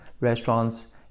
restaurants